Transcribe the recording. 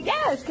Yes